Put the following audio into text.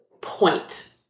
point